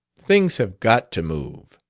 things have got to move.